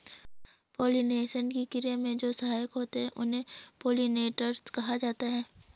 pollination की क्रिया में जो सहायक होते हैं उन्हें पोलिनेटर्स कहा जाता है